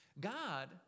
God